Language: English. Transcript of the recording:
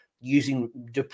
using